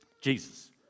Jesus